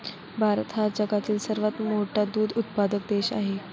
भारत हा जगातील सर्वात मोठा दूध उत्पादक देश आहे